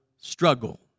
struggle